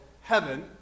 Heaven